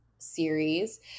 series